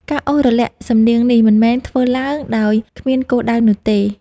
ការអូសរលាក់សំនៀងនេះមិនមែនធ្វើឡើងដោយគ្មានគោលដៅនោះទេ។